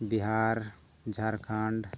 Bihar Jharkhand